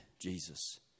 Jesus